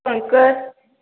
Pankaj